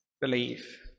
believe